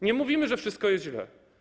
Nie mówimy, że wszystko jest źle.